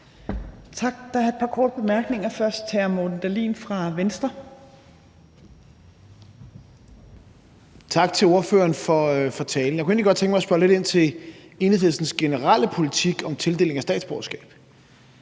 Tak. Der er et par korte bemærkninger. Den første er fra hr. Morten Dahlin fra Venstre. Kl. 17:59 Morten Dahlin (V): Tak til ordføreren for talen. Jeg kunne egentlig godt tænke mig at spørge lidt ind til Enhedslistens generelle politik om tildeling af statsborgerskab.